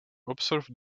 observed